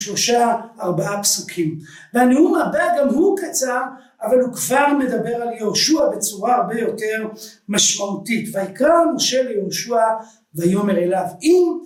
שלושה ארבעה פסוקים. בנאום הבא גם הוא קצר, אבל הוא כבר מדבר על יהושע בצורה הרבה יותר משמעותית. ויקרא משה ליהושע ויאמר אליו אם...